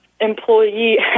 employee